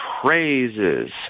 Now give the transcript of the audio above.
praises